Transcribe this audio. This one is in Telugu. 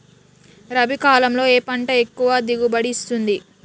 రబీ కాలంలో ఏ పంట ఎక్కువ దిగుబడి ఇస్తుంది?